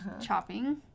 chopping